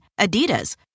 Adidas